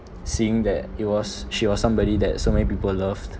seeing that it was she was somebody that so many people loved